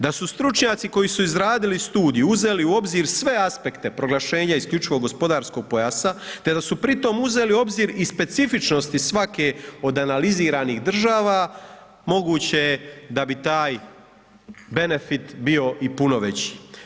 Da su stručnjaci koji su izradili studiju uzeli u obzir sve aspekte proglašenja isključivog gospodarskog pojasa te da su pri tome uzeli u obzir i specifičnosti svake od analiziranih država, moguće je da bi taj benefit bio i puno veći.